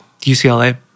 UCLA